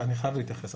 אני חייב להתייחס.